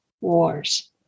wars